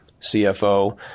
CFO